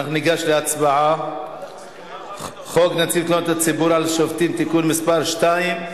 עוברים להצעת החוק ההתגוננות הישראלית (תיקון מס' 16),